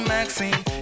Maxine